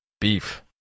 beef